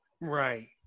Right